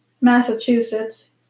Massachusetts